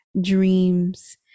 dreams